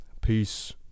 peace